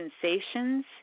sensations